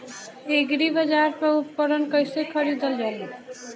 एग्रीबाजार पर उपकरण कइसे खरीदल जाला?